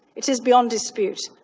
it is beyond dispute,